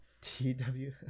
t-w